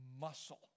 muscle